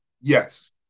yes